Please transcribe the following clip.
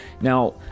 Now